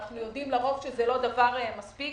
אנחנו יודעים לרוב שזה לא דבר מספיק